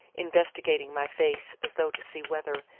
investigating my face as though to see whether,